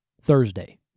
Thursday